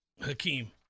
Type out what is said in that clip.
Hakeem